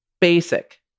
basic